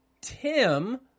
Tim